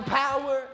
power